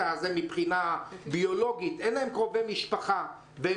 הזה מבחינה ביולוגית כי אין להם קרובי משפחה והם